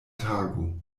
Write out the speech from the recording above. tago